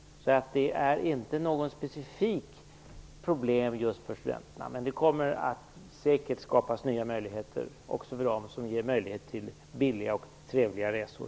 Det är inte något specifikt problem just för studenterna. Det kommer säkert att skapas nya möjligheter också för dem till billiga och trevliga resor.